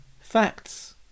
facts